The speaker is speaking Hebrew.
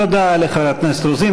תודה לחברת הכנסת רוזין.